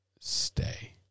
stay